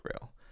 Grail